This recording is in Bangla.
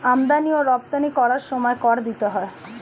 আমদানি ও রপ্তানি করার সময় কর দিতে হয়